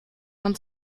man